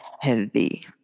heavy